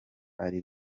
ari